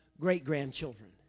great-grandchildren